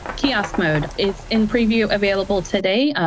kiosk mode, it's in preview available today,